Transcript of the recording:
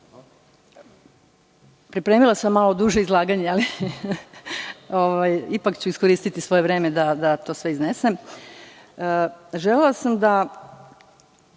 države. Pripremila sam malo duže izlaganje, ali ipak ću iskoristiti svoje vreme da to sve iznesem. Želela sam da